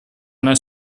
una